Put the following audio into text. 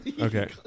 Okay